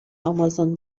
آمازون